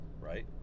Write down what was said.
right